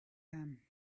them